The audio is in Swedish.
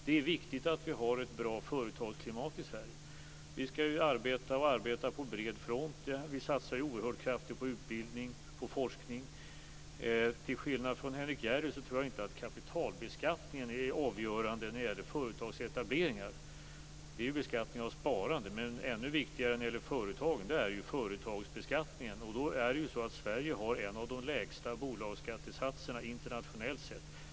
Det är viktigt att vi har ett bra företagsklimat i Sverige. Vi arbetar på bred front här. Vi satsar oerhört kraftigt på forskning och utbildning. Till skillnad från Henrik S Järrel tror jag inte att kapitalbeskattningen är avgörande när det gäller företagsetableringar - det gäller i stället beskattningen av sparande. Men ännu viktigare för företagen är ju företagsbeskattningen, och då är det så att Sverige har en av de lägsta bolagsskattesatserna internationellt sett.